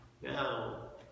now